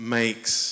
makes